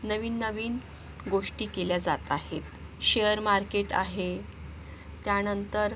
नवीननवीन गोष्टी केल्या जात आहेत शेअर मार्केट आहे त्यानंतर